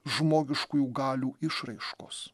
žmogiškųjų galių išraiškos